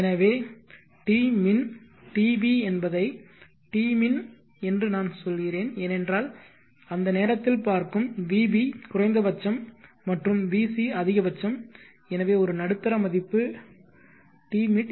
எனவே tmin tb என்பதையே tmin என்று நான் சொல்கிறேன் ஏனென்றால் அந்த நேரத்தில் பார்க்கும் vb குறைந்தபட்சம் மற்றும் vc அதிகபட்சம் எனவே ஒரு நடுத்தர மதிப்பு tmid